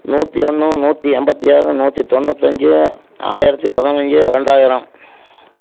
நூற்றி ஒன்று நூற்றி எண்பத்தி ஆறு நூற்றி தொண்ணூத்தஞ்சு ஆயிரத்தி பதினைஞ்சு ரெண்டாயிரம்